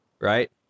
right